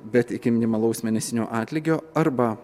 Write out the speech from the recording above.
bet iki minimalaus mėnesinio atlygio arba